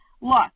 look